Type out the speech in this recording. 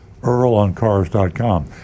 earloncars.com